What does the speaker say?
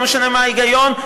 לא משנה מה ההיגיון,